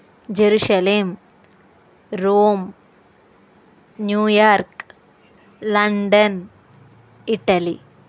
Jerusalem Rome New York London Italy